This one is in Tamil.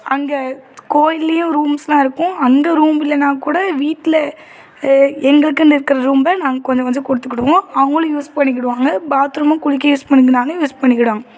அங்கே கோயில்லையும் ரூம்ஸ் எல்லாம் இருக்கும் அங்கே ரூம் இல்லைன்னா கூட வீட்டில் எங்களுக்குன்னு இருக்கிற ரூம்ப நாங்கள் கொஞ்ச கொஞ்சம் கொடுத்துக்குடுவோம் அவங்களும் யூஸ் பண்ணிக்கிடுவாங்க பாத்ரூமும் குளிக்க யூஸ் பண்ணிக்கினாலும் யூஸ் பண்ணிக்கிடாங்க